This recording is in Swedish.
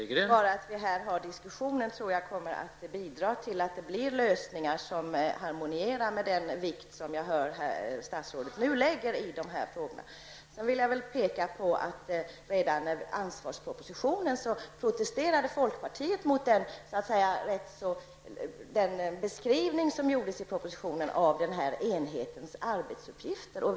Herr talman! Bara det faktum att vi här för denna diskussion tror jag kommer att bidra till att det blir lösningar som harmonierar med den vikt som jag hör att statsrådet nu lägger i dessa frågor. Redan när ansvarspropositionen presenterades protesterade folkpartiet mot den beskrivning av den här enhetens arbetsuppgifter som gjordes där.